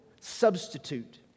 substitute